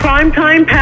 Primetime